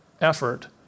effort